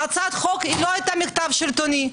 הצעת החוק לא הייתה מחטף שלטוני.